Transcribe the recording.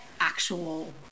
actual